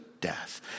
death